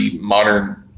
modern